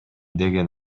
деген